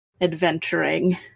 adventuring